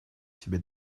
себе